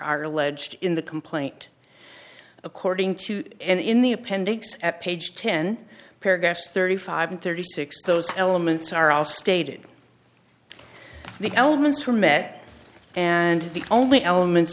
are alleged in the complaint according to and in the appendix at page ten paragraphs thirty five and thirty six those elements are all stated the elements are met and the only elements